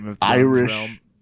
Irish